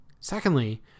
Secondly